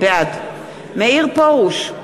בעד מאיר פרוש,